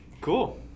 Cool